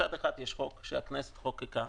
מצד אחד יש חוק שהכנסת חוקקה,